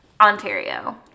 ontario